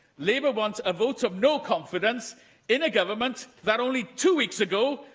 labour want a vote of no confidence in a government that, only two weeks ago,